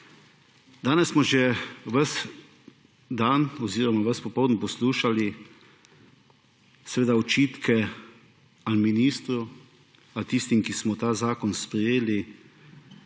Danes smo že ves dan oziroma ves popoldan poslušali očitke ali ministru ali tistim, ki smo ta zakon sprejeli,